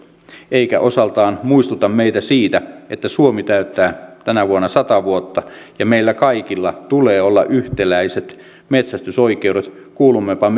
eikä osaltaan muistuta meitä siitä että suomi täyttää tänä vuonna sata vuotta ja meillä kaikilla tulee olla yhtäläiset metsästysoikeudet kuulummepa